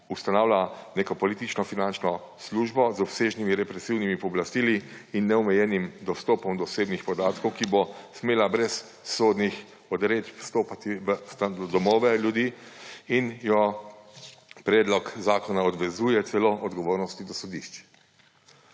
ustanavlja neko politično finančno službo z obsežnimi represivnimi pooblastili in neomejenim dostopom do osebnih podatkov, ki bo smela brez sodnih odredb vstopati v domove ljudi in jo predlog zakona odvezuje celo odgovornosti do sodišč.